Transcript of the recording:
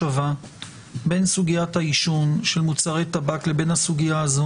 שגם יכול להניח דעתם של גורמים כדוגמת הסנגוריה הציבורית,